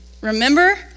remember